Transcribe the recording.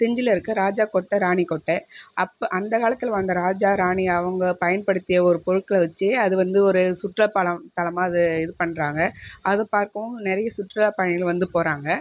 செஞ்சிலிருக்க ராஜா கோட்டை ராணி கோட்டை அப்போது அந்த காலத்தில் வாழ்ந்த ராஜா ராணி அவங்க பயன்படுத்திய ஒரு பொருட்களை வச்சு அது வந்து ஒரு சுற்றுலா பாலம் தலமா இது இது பண்ணுறாங்க அதை பார்க்கவும் நிறைய பேரு சுற்றுலா பயணிகள் வந்து போகிறாங்க